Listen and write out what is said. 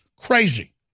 crazy